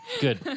good